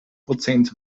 prozent